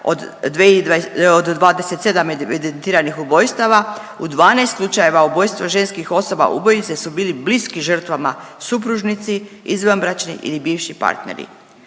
od 27 evidentiranih ubojstava. U 12 slučajeva ubojstava ženskih osoba ubojice su bili bliski žrtvama, supružnici, izvanbračni ili bivši partneri.